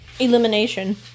Elimination